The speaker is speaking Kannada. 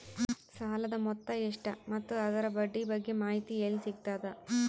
ಸಾಲದ ಮೊತ್ತ ಎಷ್ಟ ಮತ್ತು ಅದರ ಬಡ್ಡಿ ಬಗ್ಗೆ ಮಾಹಿತಿ ಎಲ್ಲ ಸಿಗತದ?